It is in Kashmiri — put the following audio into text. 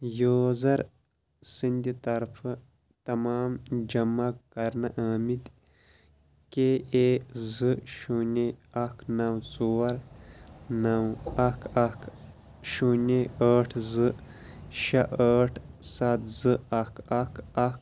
یوٗزر سٕنٛدِ طرفہٕ تمام جمع کَرنہٕ آمٕتۍ کے ایٚے زٕ شوٗنیہِ اکھ نو ژور نو اکھ اکھ شوٗنیہِ ٲٹھ زٕ شےٚ ٲٹھ ستھ زٕ اکھ اکھ اکھ